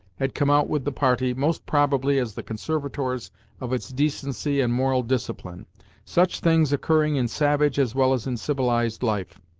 had come out with the party, most probably as the conservators of its decency and moral discipline such things occurring in savage as well as in civilized life.